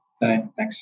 Thanks